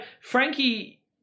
Frankie